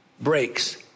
breaks